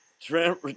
Trent